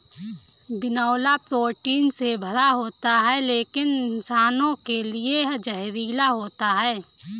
बिनौला प्रोटीन से भरा होता है लेकिन इंसानों के लिए जहरीला होता है